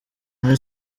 muri